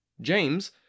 James